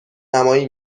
نمایی